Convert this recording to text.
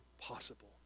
possible